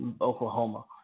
Oklahoma